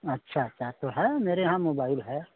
अच्छा अच्छा तो है मेरे यहाँ मोबाइल है